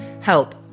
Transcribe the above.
help